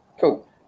Cool